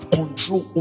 control